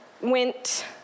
went